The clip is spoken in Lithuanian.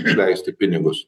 išleisti pinigus